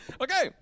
Okay